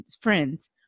Friends